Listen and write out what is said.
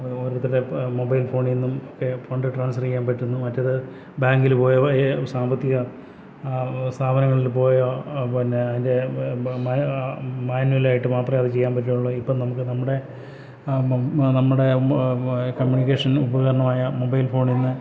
ഓരോരുത്തരുടെയും ഇപ്പോൾ മൊബൈൽ ഫോണീന്നും ഒക്കെ ഫണ്ട് ട്രാൻസ്ഫർ ചെയ്യാൻ പറ്റുന്നു മറ്റേത് ബാങ്കിൽ പോയി സാമ്പത്തിക സ്ഥാപനങ്ങളിൽ പോയോ പിന്നെ അതിൻ്റെ മാനുവൽ ആയിട്ട് മാത്രമേ അത് ചെയ്യാൻ പറ്റുളളൂ ഇപ്പോൾ നമുക്ക് നമ്മുടെ നമ്മുടെ കമ്മ്യൂണിക്കേഷൻ ഉപകരണമായ മൊബൈൽ ഫോണീന്ന്